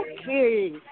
Okay